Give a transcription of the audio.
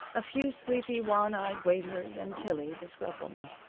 a few sleepy, wan-eyed waiters and tillie, the scrub-woman.